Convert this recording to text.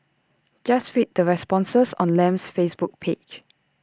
just read the responses on Lam's Facebook page